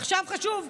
עכשיו חשוב?